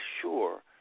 sure